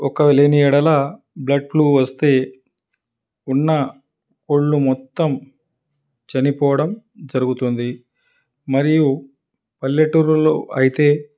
ఒక లేని యెడల బ్లడ్ ఫ్లూ వస్తే ఉన్న కోళ్ళు మొత్తం చనిపోవడం జరుగుతుంది మరియు పల్లెటూళ్ళలో అయితే